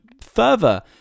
further